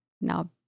now